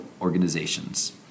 organizations